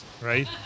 Right